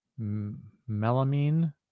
melamine